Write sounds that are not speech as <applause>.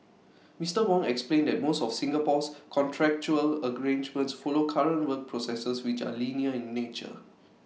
Mister Wong explained that most of Singapore's contractual <unintelligible> follow current work processes which are linear in nature